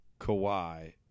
Kawhi